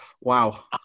Wow